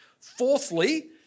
Fourthly